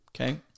okay